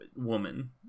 woman